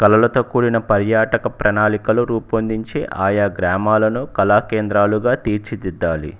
కళలతో కూడిన పర్యాటక ప్రణాళికలు రూపొందించి ఆయా గ్రామాలను కళా కేంద్రాలుగా తీర్చిదిద్దాలి